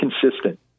consistent